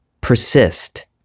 Persist